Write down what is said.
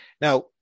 Now